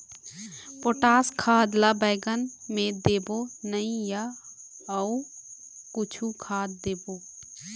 Potash खाद ला बैंगन मे देबो नई या अऊ कुछू खाद देबो?